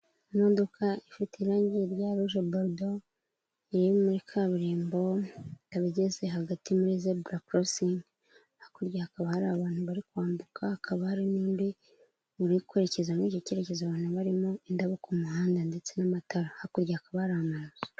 Imodoka ifite irangi rya ruje borudo, iri muri kaburimbo, ikaba igeze hagati muri zebura korosingi. Hakurya hakaba hari abantu bari kwambuka, hakaba hari n'undi uri kwerekeza muri icyo kerekezo abantu barimo, indabo ku muhanda ndetse n'amatara. Hakurya hakaba hari amazu.